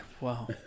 Wow